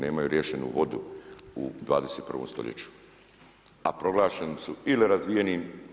Nemaju riješenu vodu u 21. stoljeću a proglašeni su ili razvijenim.